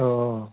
औ औ औ